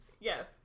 yes